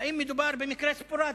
האם מדובר במקרה ספוראדי,